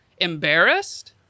embarrassed